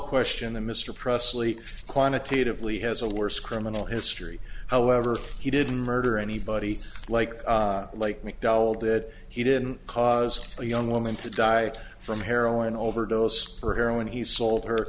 question the mr presley quantitatively has a worse criminal history however he didn't murder anybody like like macdonald that he didn't cause a young woman to die from heroin overdose or heroin he sold her